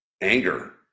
anger